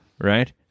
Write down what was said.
Right